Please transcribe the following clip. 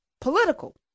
political